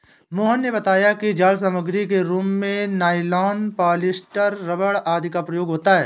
मोहन ने बताया कि जाल सामग्री के रूप में नाइलॉन, पॉलीस्टर, रबर आदि का प्रयोग होता है